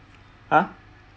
!huh!